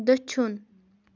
دٔچھُن